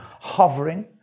hovering